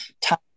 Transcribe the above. time